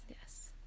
Yes